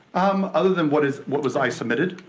um other than what is, what was, i submitted?